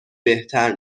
بهتر